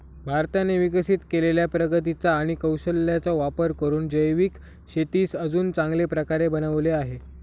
भारताने विकसित केलेल्या प्रगतीचा आणि कौशल्याचा वापर करून जैविक शेतीस अजून चांगल्या प्रकारे बनवले आहे